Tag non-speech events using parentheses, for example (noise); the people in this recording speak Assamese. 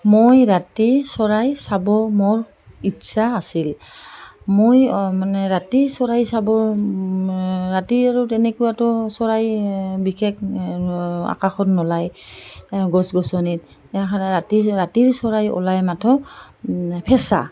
মই ৰাতি চৰাই চাব মোৰ ইচ্ছা আছিল মই মানে ৰাতি চৰাই চাব ৰাতি আৰু তেনেকুৱাতো চৰাই বিশেষ আকাশত নোলায় গছ গছনিত (unintelligible) ৰাতি ৰাতিৰ চৰাই ওলাই মাথোঁ ফেঁচা